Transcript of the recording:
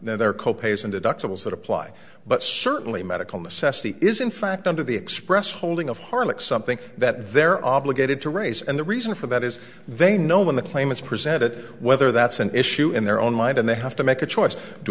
now their co pays and deductibles that apply but certainly medical necessity is in fact under the express holding of harlech something that they're obligated to raise and the reason for that is they know when the claim is presented whether that's an issue in their own mind and they have to make a choice do